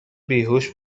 بیهوش